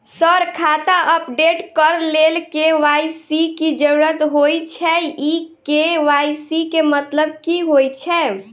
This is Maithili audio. सर खाता अपडेट करऽ लेल के.वाई.सी की जरुरत होइ छैय इ के.वाई.सी केँ मतलब की होइ छैय?